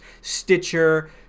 Stitcher